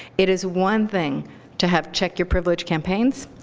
it is one thing to have check your privilege campaigns,